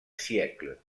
siècles